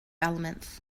elements